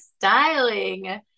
styling